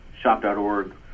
shop.org